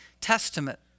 Testament